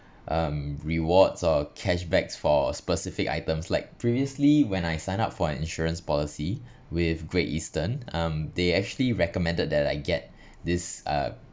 um rewards or cashback for specific items like previously when I signed up for an insurance policy with great eastern um they actually recommended that I get this uh